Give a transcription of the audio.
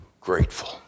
grateful